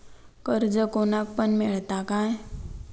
कर्ज कोणाक पण मेलता काय?